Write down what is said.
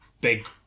big